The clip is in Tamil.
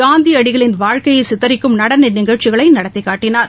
காந்தியடிகளின் வாழ்க்கையை சித்தரிக்கும் நடன நிகழ்ச்சிகளை நடத்தி காட்டினார்